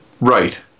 Right